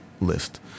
list